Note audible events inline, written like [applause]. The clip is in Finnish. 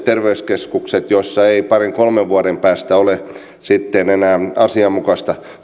[unintelligible] terveyskeskuksille joissa ei parin kolmen vuoden päästä ole sitten enää asianmukaista